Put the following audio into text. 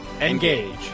engage